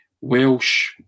Welsh